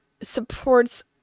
supports